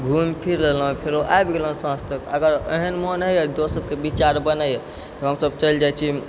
घुमि फिरि लेलहुँ फेरो आबि गेलहुँ साँझ तक अगर ओहन मोन नहिए दोस्त सबके विचार बनैए तऽ हमसब चलि जाइ छी